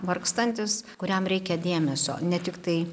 vargstantis kuriam reikia dėmesio ne tiktai